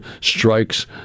strikes